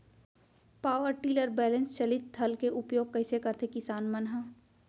Power tiller बैलेंस चालित हल के उपयोग कइसे करथें किसान मन ह?